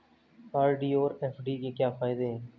RD और FD के क्या फायदे हैं?